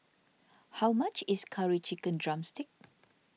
how much is Curry Chicken Drumstick